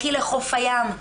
לכי לחוף הים,